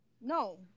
No